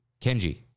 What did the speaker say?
Kenji